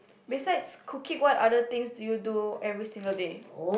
besides cooking what other things do you do every single day